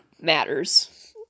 matters